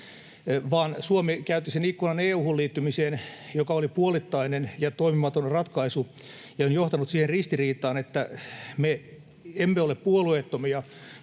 vaan Suomi käytti sen ikkunan EU:hun liittymiseen, joka oli puolittainen ja toimimaton ratkaisu ja on johtanut siihen ristiriitaan, että me emme ole puolueettomia